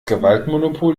gewaltmonopol